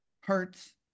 hurts